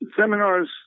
Seminars